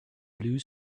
blue